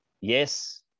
yes